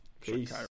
Peace